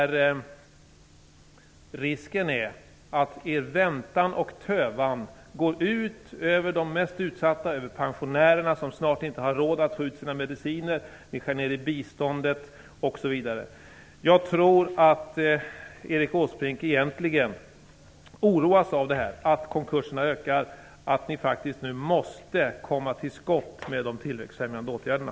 Risken är att den i väntan och tövan går ut över de mest utsatta - över pensionärerna, som snart inte har råd att få ut sina mediciner, över biståndet osv. Jag tror att Erik Åsbrink egentligen oroas av att konkurserna ökar. Jag tror också att ni nu faktiskt måste komma till skott med de tillväxtfrämjande åtgärderna.